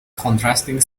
contrasting